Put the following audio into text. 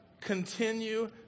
Continue